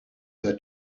her